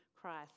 Christ